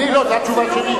אני, לא, זה התשובה שלי.